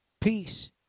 Peace